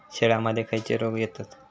शेळ्यामध्ये खैचे रोग येतत?